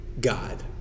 God